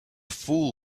fool